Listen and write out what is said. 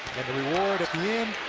and the reward at the end,